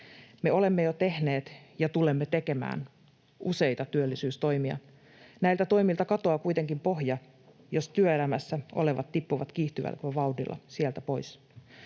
Me olemme jo tehneet ja tulemme tekemään useita työllisyystoimia. Näiltä toimilta katoaa kuitenkin pohja, jos työelämässä olevat tippuvat kiihtyvällä vauhdilla sieltä